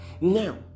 Now